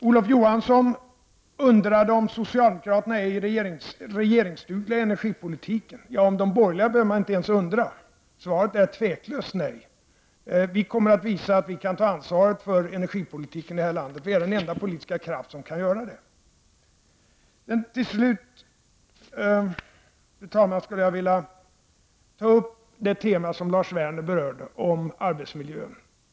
Olof Johansson undrade om socialdemokraterna är regeringsdugliga i fråga om energipolitiken. Ja, om de borgerliga behöver man inte ens undra — svaret är tveklöst nej. Vi kommer att visa att vi kan ta ansvaret för energipolitiken här i landet; vi är den enda politiska kraft som kan göra det. Till slut, fru talman, skulle jag vilja ta upp det tema som Lars Werner berörde — om arbetsmiljön.